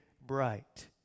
bright